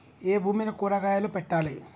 ఏ భూమిలో కూరగాయలు పెట్టాలి?